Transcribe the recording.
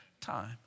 time